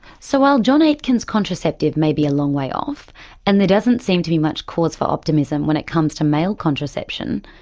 so while john aitken's contraceptive may be a long way off and there doesn't seem to be much cause for optimism when it comes to male contraception,